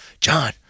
John